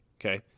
Okay